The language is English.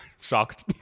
Shocked